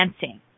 dancing